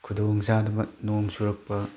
ꯈꯨꯗꯣꯡꯆꯥꯗꯕ ꯅꯣꯡ ꯆꯨꯔꯛꯄ